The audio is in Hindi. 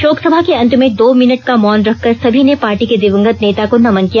शोकसभा के अंत में दो मिनट का मौन रखकर सभी ने पार्टी के दिवंगत नेता को नमन किया